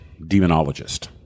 demonologist